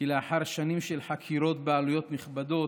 כי לאחר שנים של חקירות בעלויות נכבדות